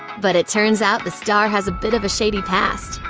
but it turns out the star has a bit of a shady past.